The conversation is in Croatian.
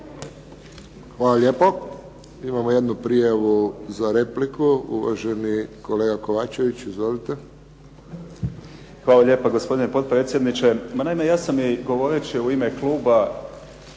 Hvala lijepo. Imamo jednu prijavu za repliku. Uvaženi kolega Kovačević. Izvolite. **Kovačević, Dragan (HDZ)** Hvala lijepa, gospodine potpredsjedniče. Ma naime, ja sam i govoreći u ime kluba